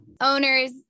Owners